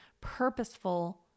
purposeful